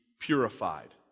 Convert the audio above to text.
purified